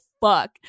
fuck